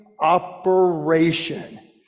operation